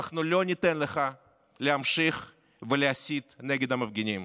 אנחנו לא ניתן לך להמשיך ולהסית נגד המפגינים.